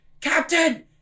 captain